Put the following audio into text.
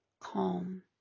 calm